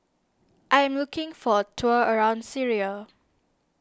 I am looking for a tour around Syria